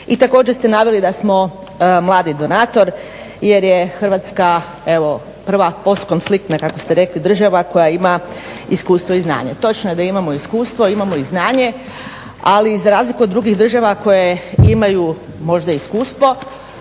I također ste naveli da smo mladi donator, jer je Hrvatska evo prva post konfliktna kako ste rekli država koja ima iskustvo i znanje. Točno je da imamo iskustvo, imamo i znanje. Ali za razliku od drugih država koje imaju možda iskustvo